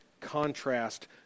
contrast